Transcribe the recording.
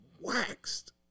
waxed